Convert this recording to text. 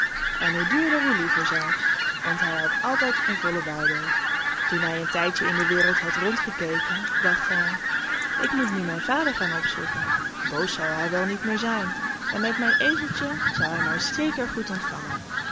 en hoe duurder hoe liever zelfs want hij had altijd een vollen buidel toen hij een tijdje in de wereld had rondgekeken dacht hij ik moet nu mijn vader gaan opzoeken boos zal hij wel niet meer zijn en met mijn ezeltje zal hij mij zeker goed ontvangen